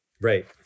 Right